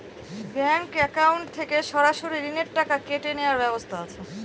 Bank account থেকে সরাসরি ঋণের টাকা কেটে নেওয়ার ব্যবস্থা আছে?